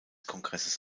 kongresses